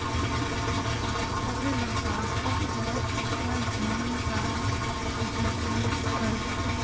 पातल लगाबो त ओकर भुईं ला जोतई करबो?